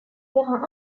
terrain